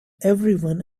everyone